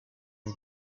uwo